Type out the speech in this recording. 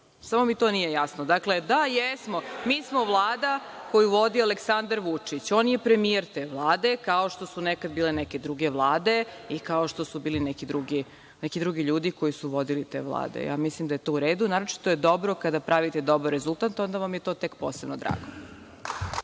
samo mi to nije jasno. Dakle, da, jesmo, mi smo Vlada koju vodi Aleksandar Vučić. On je premijer te Vlade, kao što su nekada bile neke druge vlade i kao što su bili neki drugi ljudi koji su vodili te vlade. Mislim da je to u redu. Naročito je dobro kada pravite dobar rezultat, onda vam je to tek posebno drago.